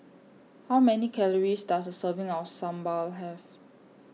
How Many Calories Does A Serving of Sambar Have